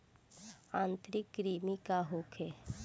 आंतरिक कृमि का होखे?